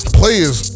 players